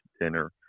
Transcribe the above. dinner